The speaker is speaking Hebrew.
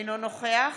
אינו נוכח